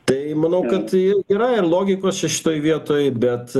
tai manau kad yra ir logikos čia šitoj vietoj bet